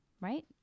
Right